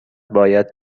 باید